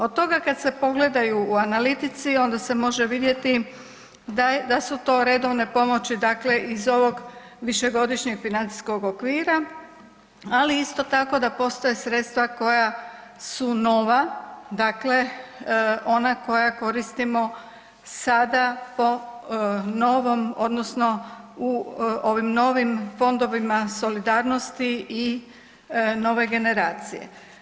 Od toga kad se pogledaju u analitici onda se može vidjeti da su to redovne pomoći dakle iz ovog višegodišnjeg financijskog okvira, ali isto tako da postoje sredstva koja su nova, dakle ona koja koristimo sada po novom odnosno u ovim novim fondovima solidarnosti i nove generacije.